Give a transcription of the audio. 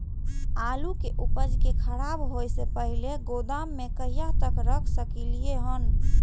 आलु के उपज के खराब होय से पहिले गोदाम में कहिया तक रख सकलिये हन?